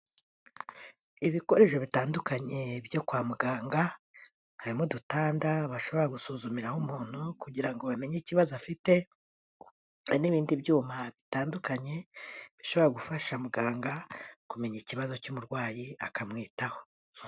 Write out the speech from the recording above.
Ibikoresho bitandukanye byo kwa muganga harimo udutanda bashobora gusuzumiraho umuntu kugira ngo bamenye ikibazo afite, hari n'ibindi byuma bitandukanye bishobora gufasha muganga kumenya ikibazo cy'umurwayi akamwitaho.